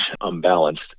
unbalanced